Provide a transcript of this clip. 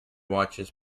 watchers